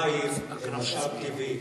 מים הם משאב טבעי,